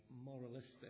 moralistic